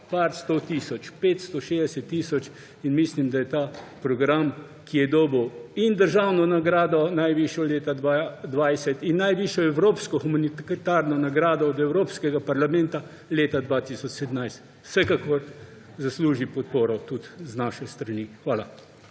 par sto tisoč, 560 tisoč. Mislim, da je ta program, ki je dobil in državno nagrado, najvišjo leta 2020, in najvišjo evropsko humanitarno nagrado od Evropskega parlamenta leta 2017, vsekakor zasluži podporo tudi z naše strani. Hvala.